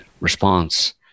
response